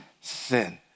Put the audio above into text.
sin